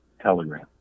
telegram